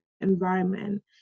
environment